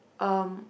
um